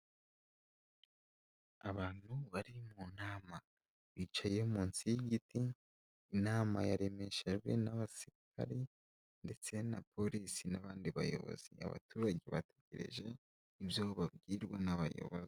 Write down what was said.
Abantu bari mu nama bicaye munsi y'igiti inama yaremeshejwe n'abasirikari ndetse na polisi n'abandi bayobozi, abaturage bategereje ibyo babwirwa n'abayobozi.